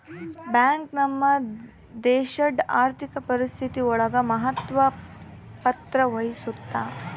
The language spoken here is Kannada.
ಬ್ಯಾಂಕ್ ನಮ್ ದೇಶಡ್ ಆರ್ಥಿಕ ಪರಿಸ್ಥಿತಿ ಒಳಗ ಮಹತ್ವ ಪತ್ರ ವಹಿಸುತ್ತಾ